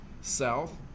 South